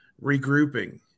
regrouping